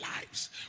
lives